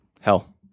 hell